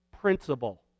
principle